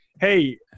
Hey